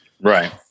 Right